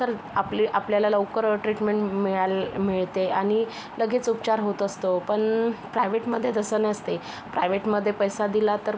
तर आपली आपल्याला लवकर ट्रीटमेंट मिळाल्य मिळते आणि लगेच उपचार होत असतो पण प्रायवेटमध्ये तसं नसते प्रायवेटमध्ये पैसा दिला तर